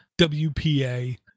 WPA